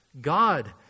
God